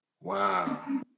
Wow